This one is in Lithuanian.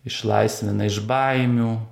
išlaisvina iš baimių